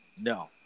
no